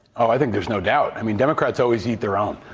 i think there's no doubt. i mean, democrats always eat their own.